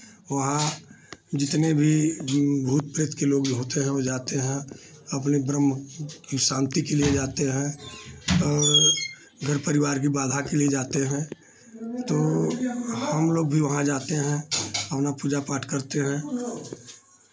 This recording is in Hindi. वहाँ जितने भी भूत प्रेत के लोग जो होते हैं वो जाते हैं अपने ब्रह्म की शान्ति के लिए जाते हैं और घर परिवार की बाधा के लिए जाते हैं तो हम लोग भी वहाँ जाते हैं अपना पूजा पाठ करते हैं